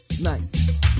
Nice